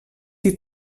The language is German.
die